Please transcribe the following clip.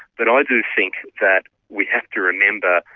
but i do think that we have to remember,